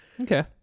okay